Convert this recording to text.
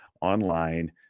online